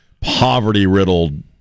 poverty-riddled